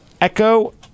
Echo